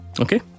Okay